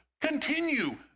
continue